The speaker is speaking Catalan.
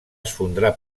esfondrar